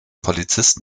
polizist